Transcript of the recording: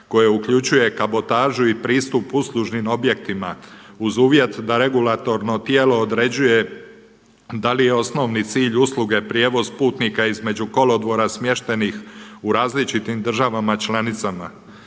koje uključuje kabotažu i pristup uslužnim objektima uz uvjet da regulatorno tijelo određuje da li je osnovni cilj usluge prijevoz putnika između kolodvora smještenih u različitim državama članicama,